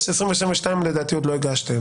את 2022 עוד לא הגשתם.